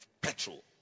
petrol